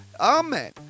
Amen